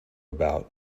about